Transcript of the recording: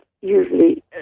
usually